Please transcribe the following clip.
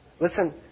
Listen